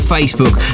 Facebook